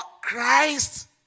Christ